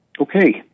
Okay